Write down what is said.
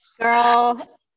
Girl